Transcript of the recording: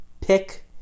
pick